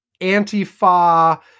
anti-Fa